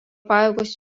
pajėgos